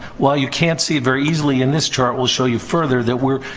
while you can't see very easily in this chart, we'll show you further that we're.